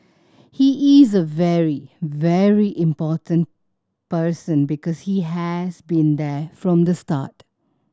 he is a very very important person because he has been there from the start